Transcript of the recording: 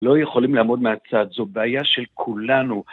לא יכולים לעמוד מהצד, זו בעיה של כולנו.